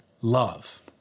love